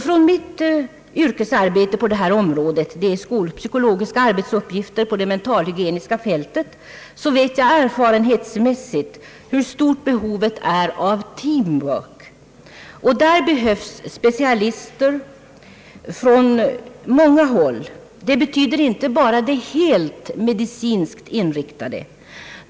Från mitt yrkesarbete på detta område — skolpsykologiska arbetsuppgifter på det mentalhygieniska fältet — vet jag erfarenhetsmässigt hur stort behovet är av team work. Där behövs specialister från många håll. Det betyder inte bara de helt medicinskt inriktade.